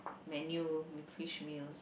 menu fish meals